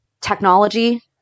technology